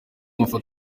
mafoto